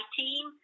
team